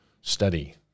study